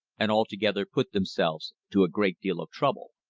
and altogether put themselves to a great deal of trouble.